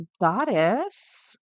goddess